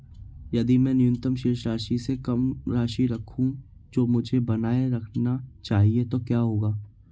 यदि मैं न्यूनतम शेष राशि से कम राशि रखूं जो मुझे बनाए रखना चाहिए तो क्या होगा?